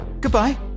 goodbye